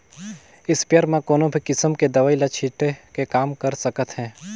sprayer म कोनो भी किसम के दवई ल छिटे के काम कर सकत हे